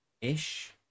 ish